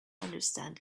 understand